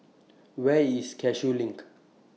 Where IS Cashew LINK